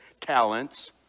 talents